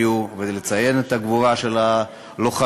ולציין את הגבורה של הלוחמים,